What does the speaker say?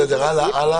הלאה.